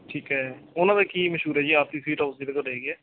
ਠੀਕ ਹੈ ਉਹਨਾਂ ਦਾ ਕੀ ਮਸ਼ਹੂਰ ਹੈ ਜੀ ਆਰਤੀ ਸਵੀਟ ਹਾਊਸ ਜਿਹੜੀ ਤੁਹਾਡੇ ਹੈਗੀ ਆ